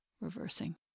reversing